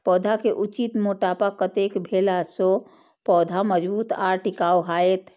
पौधा के उचित मोटापा कतेक भेला सौं पौधा मजबूत आर टिकाऊ हाएत?